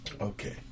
Okay